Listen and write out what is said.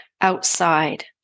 outside